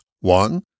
One